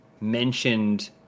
mentioned